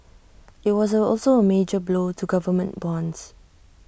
IT was also A major blow to government bonds